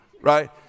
right